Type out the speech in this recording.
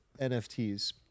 NFTs